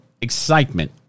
excitement